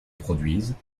produisent